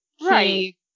Right